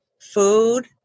food